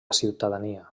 ciutadania